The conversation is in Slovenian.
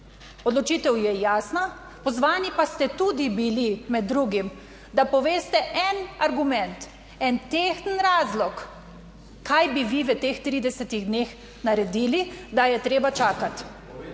Odločitev je jasna. Pozvani pa ste tudi bili med drugim, da poveste en argument, en tehten razlog, kaj bi vi v teh 30 dneh naredili, da je treba čakati.